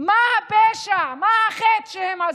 מה הפשע, מה החטא שהם עשו?